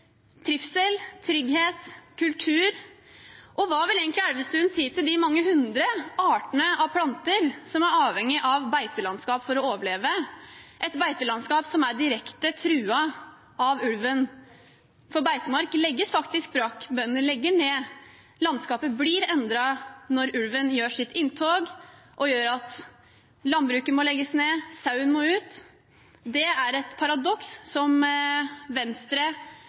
trivsel, trygghet og kultur. Og hva vil egentlig Elvestuen si om de mange hundre artene av planter som er avhengig av beitelandskap for å overleve, et beitelandskap som er direkte truet av ulven? For beitemark legges faktisk brakk, bøndene legger ned, landskapet blir endret når ulven gjør sitt inntog og gjør at landbruket må legges ned og sauen må ut. Det er et paradoks som Venstre